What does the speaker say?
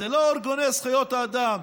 ולא ארגוני זכויות האדם,